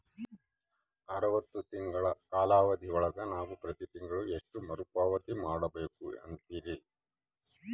ಅರವತ್ತು ತಿಂಗಳ ಕಾಲಾವಧಿ ಒಳಗ ನಾವು ಪ್ರತಿ ತಿಂಗಳು ಎಷ್ಟು ಮರುಪಾವತಿ ಮಾಡಬೇಕು ಅಂತೇರಿ?